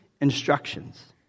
instructions